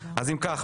אז אם כך,